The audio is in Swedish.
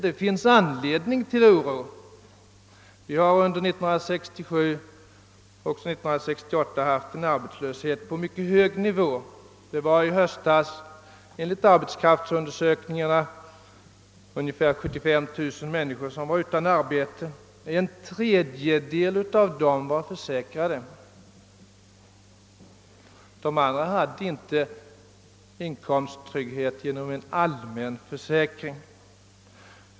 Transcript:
Det finns anledning till oro. Vi har under 1967 och 1968 haft en arbetslöshet på mycket hög nivå. I höstas var enligt arbetskraftsundersökningarna ungefär 75 000 människor utan arbete. En tredjedel av dem var försäkrade; de andra hade inte inkomsttrygghet genom en allmän försäkring.